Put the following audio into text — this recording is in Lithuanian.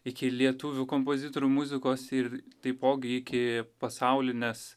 iki lietuvių kompozitorių muzikos ir taipogi iki pasaulinės